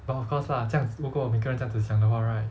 but of course lah 这样子如果每个人这样子想的话 right